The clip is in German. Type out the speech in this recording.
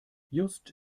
just